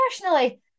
personally